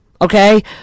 Okay